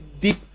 deep